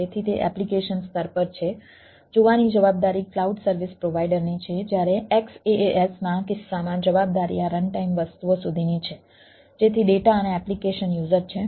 તેથી તે એપ્લિકેશન સ્તર પર છે જોવાની જવાબદારી ક્લાઉડ સર્વિસ પ્રોવાઈડરની છે જ્યારે XaaS ના કિસ્સામાં જવાબદારી આ રનટાઈમ વસ્તુઓ સુધીની છે જેથી ડેટા અને એપ્લિકેશન યુઝર છે